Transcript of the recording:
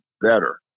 better